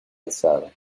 alzada